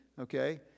okay